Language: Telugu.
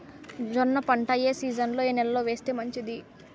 జొన్న పంట ఏ సీజన్లో, ఏ నెల లో వేస్తే మంచిది?